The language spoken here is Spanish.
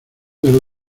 del